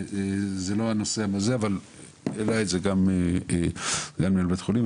זה לא הנושא אבל העלה את זה סגן מנהל בית החולים,